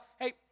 Hey